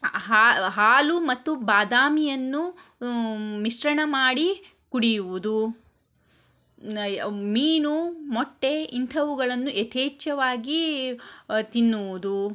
ಹಾಲು ಮತ್ತು ಬಾದಾಮಿಯನ್ನು ಮಿಶ್ರಣ ಮಾಡಿ ಕುಡಿಯುವುದು ಮೀನು ಮೊಟ್ಟೆ ಇಂಥವುಗಳನ್ನು ಯಥೇಚ್ಛವಾಗಿ ತಿನ್ನುವುದು